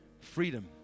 Freedom